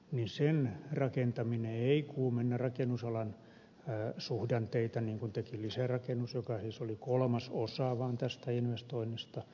sen rakentaminen ei kuumenna rakennusalan suhdanteita niin kuin teki lisärakennus joka siis oli vaan kolmasosa tästä investoinnista